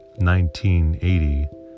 1980